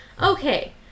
Okay